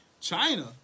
China